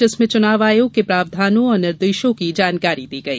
जिसमें चुनाव आयोग के प्रावधानों और निर्देशों की जानकारी दी गई